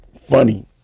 Funny